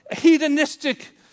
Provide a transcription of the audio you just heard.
hedonistic